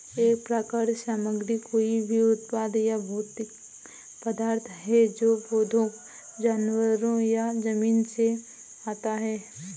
एक प्राकृतिक सामग्री कोई भी उत्पाद या भौतिक पदार्थ है जो पौधों, जानवरों या जमीन से आता है